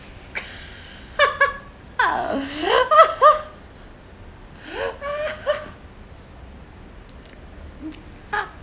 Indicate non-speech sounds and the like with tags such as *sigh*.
*laughs*